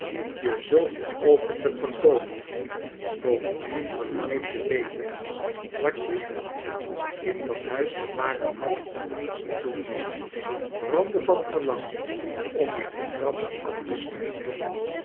je zult je openlijk vertoonen bovendien verlang ik te we ten wat je in dat huis te maken hadt toen ik brandde van verlangen om je de trap af te smijten